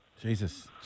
Jesus